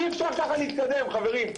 אי אפשר ככה להתקדם חברים.